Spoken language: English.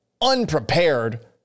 unprepared